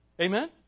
Amen